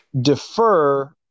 defer